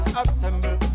assemble